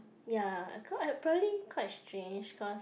ya apparently quite strange cause